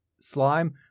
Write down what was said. Slime